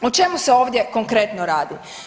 O čemu se ovdje konkretno radi?